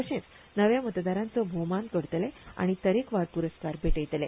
तशेंच नव्या मतदारांचो भोवमान करतले आनी तरेकवार प्रस्कार भेटयतले